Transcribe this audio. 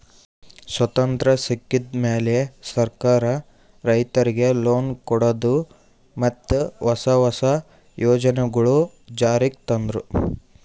ಸ್ವತಂತ್ರ್ ಸಿಕ್ಕಿದ್ ಮ್ಯಾಲ್ ಸರ್ಕಾರ್ ರೈತರಿಗ್ ಲೋನ್ ಕೊಡದು ಮತ್ತ್ ಹೊಸ ಹೊಸ ಯೋಜನೆಗೊಳು ಜಾರಿಗ್ ತಂದ್ರು